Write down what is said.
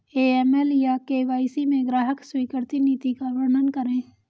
AML या KYC में ग्राहक स्वीकृति नीति का वर्णन करें?